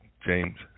James